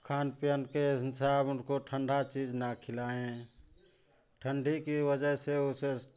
खान पियन के हिसाब उनको ठंडा चीज ना खिलाएँ ठंडी की वजह से उसे